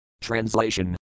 Translation